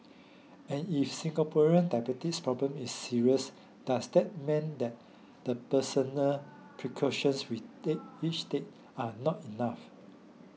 and if Singaporean diabetes problem is serious does that mean that the personal precautions we take each take are not enough